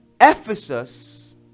Ephesus